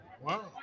Wow